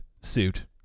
suit